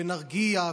ו"נרגיע",